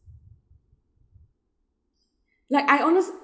like I honest